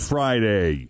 Friday